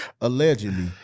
Allegedly